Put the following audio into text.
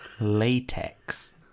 latex